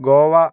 Goa